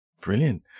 Brilliant